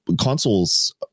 consoles